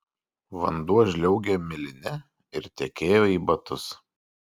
vanduo žliaugė miline ir tekėjo į batus